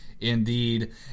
Indeed